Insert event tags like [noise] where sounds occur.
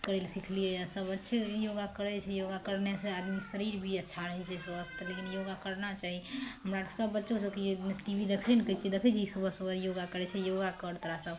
करै ला सिखलियै सब अच्छेसँ योगा करैत छी योगा करने से आदमीके शरीर भी अच्छा रहै छै स्वस्थ लेकिन योगा करना चाही हमरा सबके सब बच्चो सबके टीवी [unintelligible] कहै छियै देखै छिहि सुबह सुबह योगा करै छै योगा कर तोरा सब